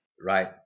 Right